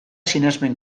sinesmen